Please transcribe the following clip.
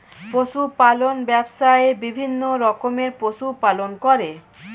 পশু পালন ব্যবসায়ে বিভিন্ন রকমের পশু পালন করে